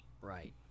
Right